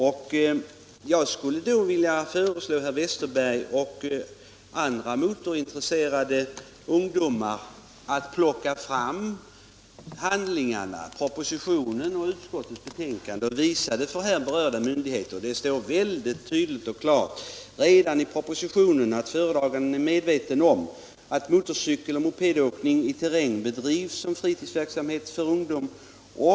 Jag skulle vilja föreslå herr Westerberg och andra motorintresserade ungdomar att plocka fram propositionen och utskottsbetänkandet och visa dessa för här berörda myndigheter. Det står väldigt tydligt och klart redan i propositionen att den föredragande är medveten om att motorcykeloch mopedåkning i terräng bedrivs som fritidsverksamhet för ungdom.